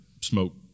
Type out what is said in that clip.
smoke